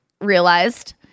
realized